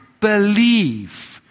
believe